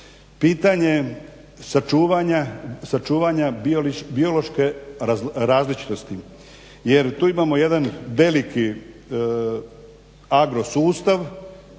pitanje sačuvanja biološke različitosti, jer tu imamo jedan veliki agro sustav